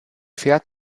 fährt